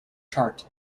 chart